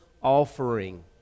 Offering